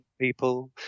people